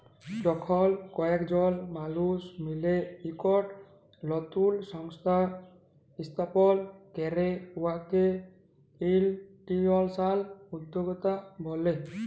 যখল কয়েকজল মালুস মিলে ইকট লতুল সংস্থা ইস্থাপল ক্যরে উয়াকে ইলস্টিটিউশলাল উদ্যক্তা ব্যলে